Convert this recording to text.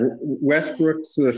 Westbrook's